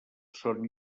són